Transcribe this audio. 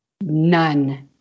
none